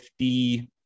50